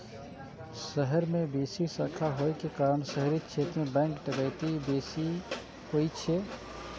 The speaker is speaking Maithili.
शहर मे बेसी शाखा होइ के कारण शहरी क्षेत्र मे बैंक डकैती बेसी होइ छै